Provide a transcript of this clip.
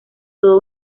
toda